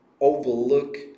overlook